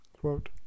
Quote